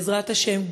בעזרת השם,